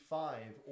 five